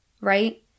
right